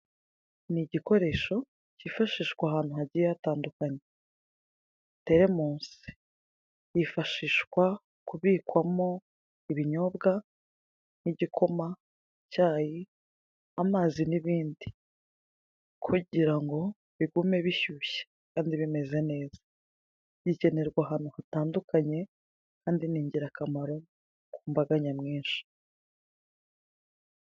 Ni igikoresho kifashisha ahantu hagiye hatandukanye giteye mu nzu kifashishwa kubikwamo ibinyobwa nk'igikoma' icyayi amazi n'ibindi kugira ngo bigume bishyushye kandi bimeze neza gikenerwa ahantu hatandukanye kandi bigira akamaro ku mbaga nyamwinshi.